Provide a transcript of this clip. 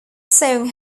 song